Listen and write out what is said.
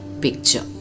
picture